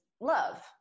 love